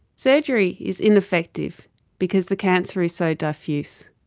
surgery is ineffective because the cancer is so diffuse.